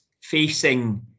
facing